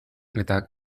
eta